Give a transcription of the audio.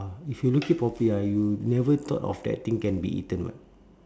if you look it properly ah you never thought of that thing can be eaten [what]